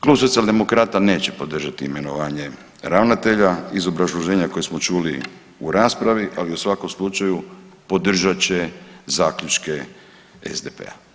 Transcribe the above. Klub Socijaldemokrata neće podržati imenovanje ravnatelja iz obrazloženja koje smo čuli u raspravi, ali u svakom slučaju podržat će zaključke SDP-a.